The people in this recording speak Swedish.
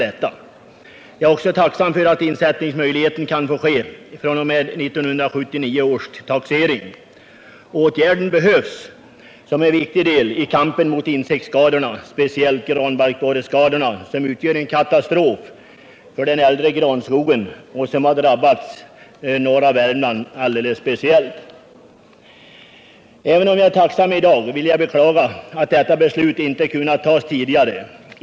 Nr 92 Jag är också tacksam för att insättningsmöjligheten skall finnas fr.o.m. Onsdagen den 1979 års taxering. Åtgärden behövs som en viktig del i kampen mot 28 februari 1979 insektsskadorna, speciellt mot granbarkborreskadorna som utgör en katastrof för den äldre granskogen och som drabbat norra Värmland alldeles speciellt. Även om jag är tacksam i dag vill jag beklaga att detta beslut inte kunnat tas tidigare.